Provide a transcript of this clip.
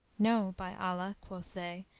no, by allah, quoth they,